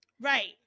right